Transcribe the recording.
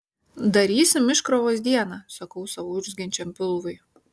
darysim iškrovos dieną sakau savo urzgiančiam pilvui